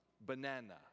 Banana